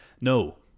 No